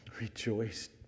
Rejoice